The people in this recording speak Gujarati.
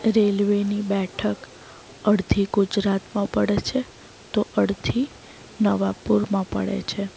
રેલવેની બેઠક અડધી ગુજરાતમાં પડે છે તો અડધી નવાપુરમાં પડે છે